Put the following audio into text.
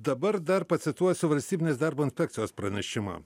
dabar dar pacituosiu valstybinės darbo inspekcijos pranešimą